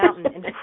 mountain